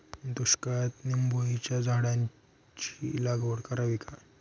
दुष्काळात निंबोणीच्या झाडाची लागवड करावी का?